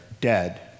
dead